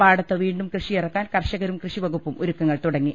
പാടത്ത് വീണ്ടും കൃഷിയിറക്കാൻ കർഷകരും കൃഷിവകുപ്പും ഒരുക്കങ്ങൾ തുടങ്ങി